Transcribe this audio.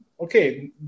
okay